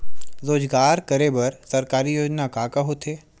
रोजगार करे बर सरकारी योजना का का होथे?